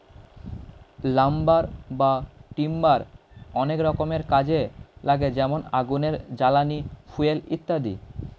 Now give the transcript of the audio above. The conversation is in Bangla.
লাম্বার বা টিম্বার অনেক রকমের কাজে লাগে যেমন আগুনের জ্বালানি, ফুয়েল ইত্যাদি